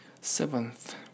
Seventh